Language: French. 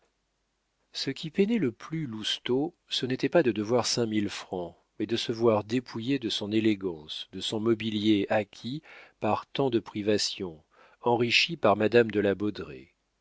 ce qui peinait le plus lousteau ce n'était pas de devoir cinq mille francs mais de se voir dépouillé de son élégance de son mobilier acquis par tant de privations enrichi par madame de la